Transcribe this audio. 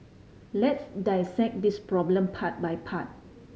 let's dissect this problem part by part